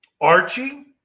Archie